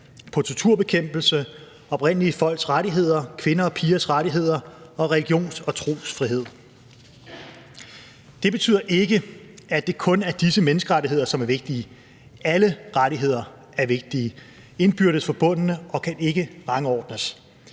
på torturbekæmpelse, oprindelige folks rettigheder, kvinders og pigers rettigheder og religions- og trosfrihed. Det betyder ikke, at det kun er disse menneskerettigheder, som er vigtige. Alle rettigheder er vigtige, indbyrdes forbundne og kan ikke rangordnes,